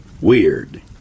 Weird